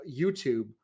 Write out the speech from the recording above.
youtube